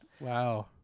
Wow